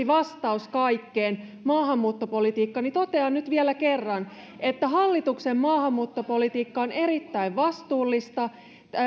vastaus kaikkeen maahanmuuttopolitiikka niin totean nyt vielä kerran että hallituksen maahanmuuttopolitiikka on erittäin vastuullista ja